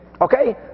Okay